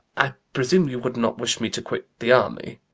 i presume you would not wish me to quit the army?